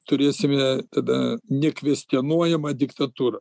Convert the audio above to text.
turėsime tada nekvestionuojamą diktatūrą